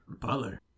Butler